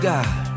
God